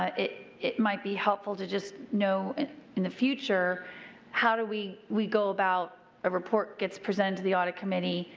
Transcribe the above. ah it it might be helpful to just know in the future how do we we go about a report getting presented to the audit committee,